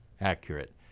accurate